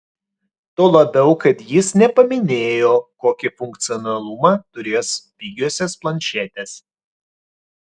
tuo labiau kad jis nepaminėjo kokį funkcionalumą turės pigiosios planšetės